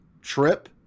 Trip